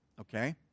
Okay